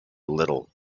little